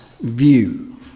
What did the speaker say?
view